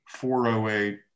408